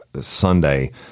Sunday